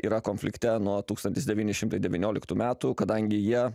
yra konflikte nuo tūkstantis devyni šimtai devynioliktų metų kadangi jie